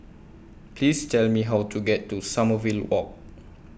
Please Tell Me How to get to Sommerville Walk